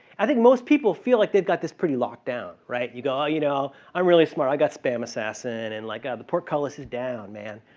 i think most people feel like they got this pretty locked down, right? you go, oh, you know i'm really smart. i got spam assassin and like ah the port color is down man.